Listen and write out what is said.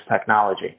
technology